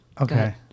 Okay